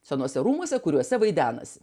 senuose rūmuose kuriuose vaidenasi